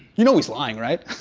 you know he's lying, right?